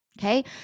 Okay